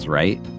right